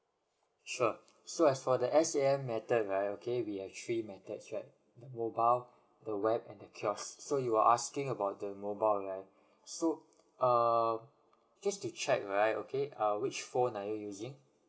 sure so as for the S_A_M method right okay we have three methods right mobile the web and the kiosk so you are asking about the mobile right so uh just to check right okay uh which phone are you using